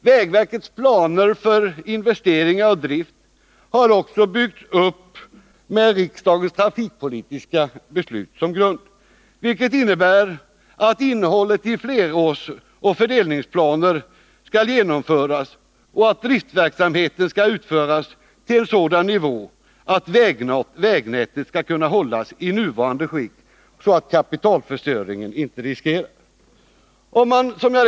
Vägverkets planer för investeringar och drift har också byggts upp med riksdagens trafikpolitiska beslut som grund, vilket innebär att flerårsoch fördelningsplanerna skall genomföras och att driftverksamheten skall utföras till sådan nivå att vägnätet skall kunna behållas i nuvarande skick och så att det inte är någon risk för kapitalförstöring.